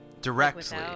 directly